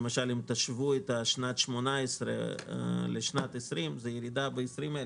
למשל אם תשווה את שנת 2018 לשנת 2020 זה ירידה ב-20,000,